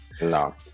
no